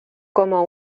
como